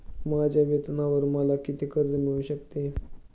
माझ्या वेतनावर मला किती कर्ज मिळू शकते?